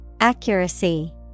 Accuracy